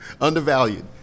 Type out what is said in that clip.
Undervalued